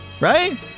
right